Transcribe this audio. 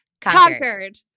Conquered